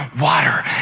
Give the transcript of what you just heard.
water